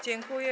Dziękuję.